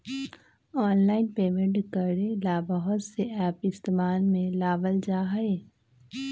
online payment करे ला बहुत से एप इस्तेमाल में लावल जा हई